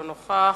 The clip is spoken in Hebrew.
לא נוכח.